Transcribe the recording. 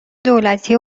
دولتی